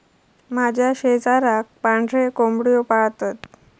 माझ्या शेजाराक पांढरे कोंबड्यो पाळतत